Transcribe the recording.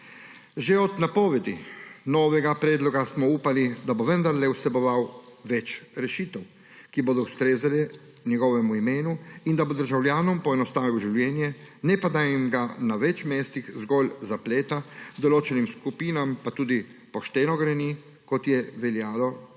Že od napovedi novega predloga smo upali, da bo vendarle vseboval več rešitev, ki bodo ustrezale njegovemu imenu, in da bo državljanom poenostavil življenje, ne pa da jim ga na več mestih zgolj zapleta, določenim skupinam pa tudi pošteno greni, kot je veljalo za prvo